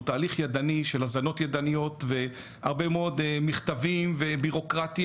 הוא תהליך ידני של הזנות ידניות והרבה מאוד מכתבים ובירוקרטיה,